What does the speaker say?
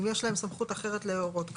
אם יש להם סמכות אחרת להורות כך.